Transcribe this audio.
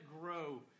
grow